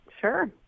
Sure